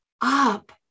up